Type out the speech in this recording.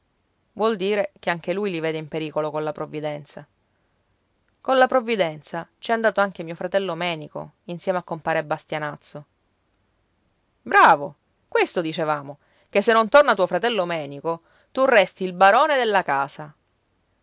vuol dire che anche lui li vede in pericolo colla provvidenza colla provvidenza c'è andato anche mio fratello menico insieme a compare bastianazzo bravo questo dicevamo che se non torna tuo fratello menico tu resti il barone della casa